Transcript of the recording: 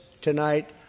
tonight